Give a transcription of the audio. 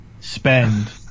spend